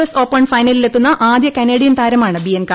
S open ഫൈനലിലെ ത്തുന്ന ആദ്യ കനേഡിയൻ താരമാണ് ബിയൻക